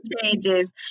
changes